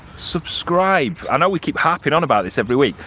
subscribe. i know we keep harping on about this every week